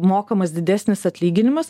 mokamas didesnis atlyginimas